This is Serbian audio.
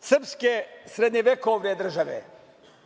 srpske srednjovekovne države.